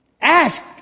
ask